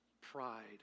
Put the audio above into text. pride